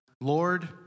Lord